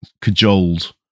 cajoled